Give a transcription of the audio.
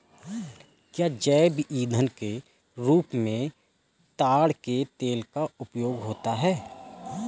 क्या जैव ईंधन के रूप में ताड़ के तेल का उपयोग होता है?